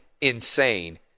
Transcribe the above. insane